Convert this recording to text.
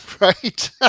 right